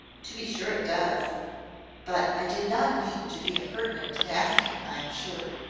to be sure it does but i did not mean to be impertinent in asking, i am sure.